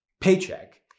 Paycheck